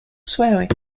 swearing